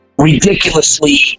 ridiculously